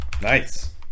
Nice